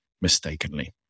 mistakenly